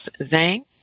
Zhang